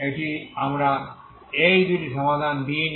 এটি আমরা এই দুটি সমাধান দিইনি